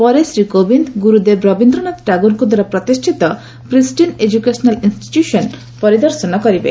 ପରେ ଶ୍ରୀ କୋବିନ୍ଦ ଗୁରୁଦେବ ରବୀନ୍ଦ୍ରନାଥ ଟାଗୋରଙ୍କ ଦ୍ୱାରା ପ୍ରତିଷ୍ଣିତ ପ୍ରିଷ୍ଟିନ୍ ଏଜୁକେସନାଲ୍ ଇନ୍ଷ୍ଟିଚ୍ୟୁସନ ପରିଦର୍ଶନ କରିବେ